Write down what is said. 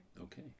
Okay